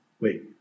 Wait